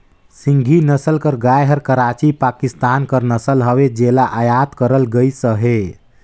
सिंघी नसल कर गाय हर कराची, पाकिस्तान कर नसल हवे जेला अयात करल गइस अहे